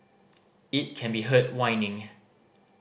it can be heard whining